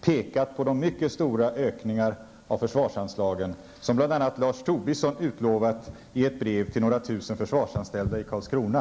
pekat på de mycket stora ökningar av försvarsanslagen som bl.a. Lars Tobisson utlovat i ett brev till några tusen försvarsanställda i Karlskrona.